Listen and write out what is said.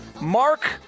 Mark